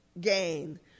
gain